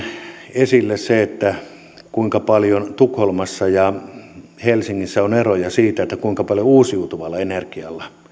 esille se kuinka paljon tukholmassa ja helsingissä on eroja siinä kuinka paljon uusiutuvalla energialla